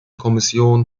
kommission